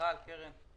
וקיוסקים בתחנות רכבת.